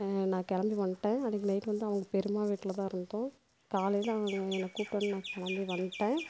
நான் கிளம்பி வந்ட்டேன் அன்றைக்கி நைட்டு வந்து அவங்க பெரியம்மா வீட்டில் தான் இருந்தோம் காலையில் அவங்க என்ன கூப்பிட்டோனே நான் கிளம்பி வந்ட்டேன்